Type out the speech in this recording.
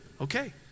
okay